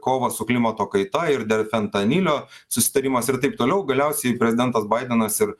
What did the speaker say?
kovą su klimato kaita ir dėl fentanilio susitarimas ir taip toliau galiausiai prezidentas baidenas ir